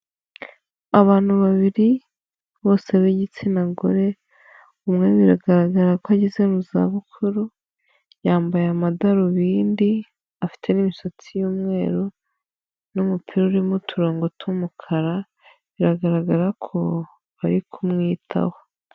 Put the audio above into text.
Abantu babiri bose b'igitsina gore, umwe biragaragara ko ageze mu za bukuru, yambaye amadarubindi afite n'imisatsi y'umweru, n'umupira urimo uturongo tw'umukara biragaragara ko bari kumwitaho.